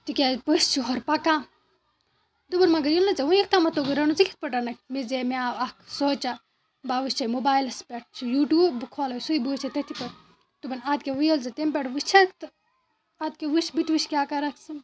تِکیٛازِ پٔژھۍ چھِ ہورٕ پَکان دوٚپُن مگر ییٚلہِ نہٕ ژےٚ وٕنیُک تامَتھ توٚگٔے رَنُن ژٕ کِتھ پٲٹھۍ رَنَکھ مےٚ زے مےٚ آو اَکھ سونٛچا بہ وٕچھے موبایلَس پٮ۪ٹھ چھِ یوٗٹیوٗب بہٕ کھولَے سُے بہٕ وٕچھے تٔتھی پٮ۪ٹھ دوٚپُن اَدٕ کیٛاہ وۄنۍ ییٚلہِ ژٕ تَمہِ پٮ۪ٹھ وٕچھَکھ تہٕ اَدٕ کیٛاہ وُچھ بہٕ تہِ وٕچھِ کیٛاہ کَرَکھ ژٕ